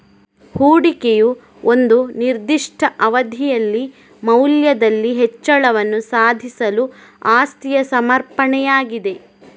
ಹೂಡಿಕೆಯು ಒಂದು ನಿರ್ದಿಷ್ಟ ಅವಧಿಯಲ್ಲಿ ಮೌಲ್ಯದಲ್ಲಿ ಹೆಚ್ಚಳವನ್ನು ಸಾಧಿಸಲು ಆಸ್ತಿಯ ಸಮರ್ಪಣೆಯಾಗಿದೆ